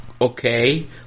okay